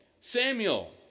Samuel